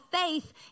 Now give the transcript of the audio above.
faith